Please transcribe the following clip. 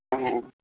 ও